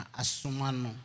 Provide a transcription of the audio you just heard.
asumano